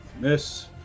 miss